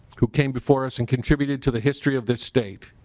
who came before us and contribute to the history of the state.